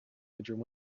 bedroom